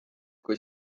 kui